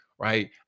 Right